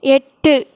எட்டு